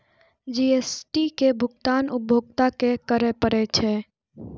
GST के भुगतान उपभोक्ता कें करय पड़ै छै